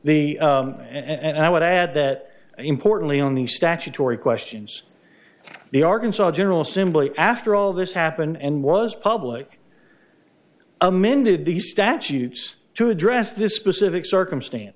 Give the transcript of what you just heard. the and i would add that importantly on the statutory questions the arkansas general assembly after all this happened and was public amended the statutes to address this specific circumstance